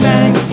Bang